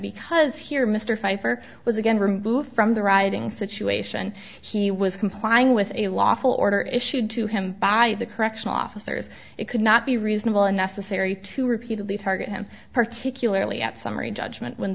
because here mr pfeifer was again removed from the rioting situation he was complying with a lawful order issued to him by the correctional officers it could not be reasonable and necessary to repeatedly target him particularly at summary judgment when